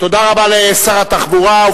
תודה רבה לשר התחבורה.